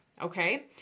Okay